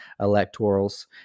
electorals